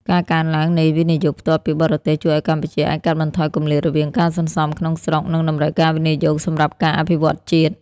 ការកើនឡើងនៃ វិនិយោគផ្ទាល់ពីបរទេស ជួយឱ្យកម្ពុជាអាចកាត់បន្ថយគម្លាតរវាងការសន្សំក្នុងស្រុក និងតម្រូវការវិនិយោគសម្រាប់ការអភិវឌ្ឍជាតិ។